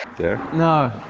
there? no!